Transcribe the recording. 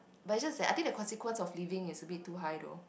but it's just that I think the consequence of living is a bit too high though